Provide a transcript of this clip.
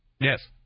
Yes